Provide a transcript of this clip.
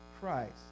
Christ